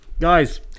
Guys